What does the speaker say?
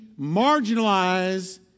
marginalize